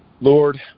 Lord